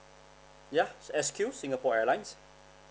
yeah S_Q singapore airlines